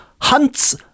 hunts